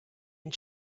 and